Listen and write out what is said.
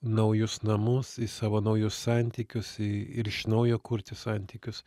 naujus namus į savo naujus santykius į ir iš naujo kurti santykius